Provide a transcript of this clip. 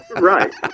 right